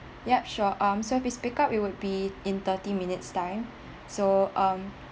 yup sure um as for pick up it would be in thirty minutes time so um